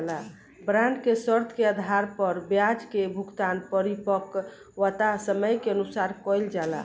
bond के शर्त के आधार पर ब्याज के भुगतान परिपक्वता समय के अनुसार कईल जाला